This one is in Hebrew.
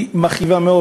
היא מכאיבה מאוד.